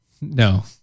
No